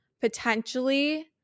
potentially